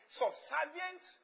subservient